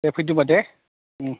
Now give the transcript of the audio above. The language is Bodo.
दे फैदो होमबा दे उम